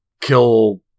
kill